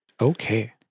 Okay